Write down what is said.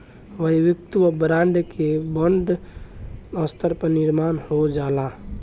वैयक्तिक ब्रांड के बड़ स्तर पर निर्माण हो जाला